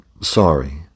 sorry